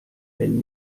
wenn